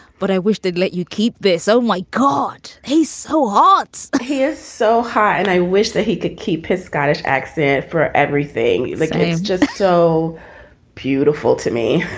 but i wish they'd let you keep this oh, so my god, he's so hot. he is so high and i wish that he could keep his scottish accent for everything like he's just so beautiful to me,